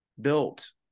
built